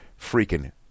freaking